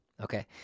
Okay